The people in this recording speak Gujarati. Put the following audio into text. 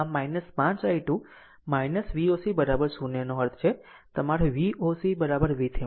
આમ 5 i2 Voc 0 નો અર્થ છે તમારી Voc VThevenin આ તમેi1 5 i2